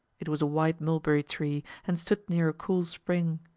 it was a white mulberry tree, and stood near a cool spring.